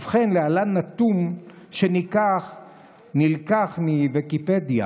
ובכן, להלן נתון שנלקח מוויקיפדיה.